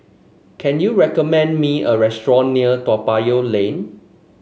can you recommend me a restaurant near Toa Payoh Lane